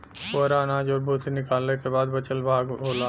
पुवरा अनाज और भूसी निकालय क बाद बचल भाग होला